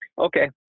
okay